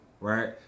right